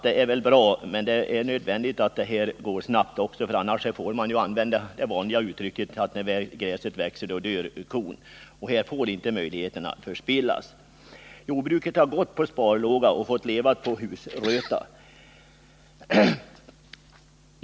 Det är bra, men det är nödvändigt att det också går snabbt, annars kan man tala om att ”medan gräset växer dör kon”. Här får inte möjligheterna förspillas. Jordbruket har gått på sparlåga och fått leva på husröta.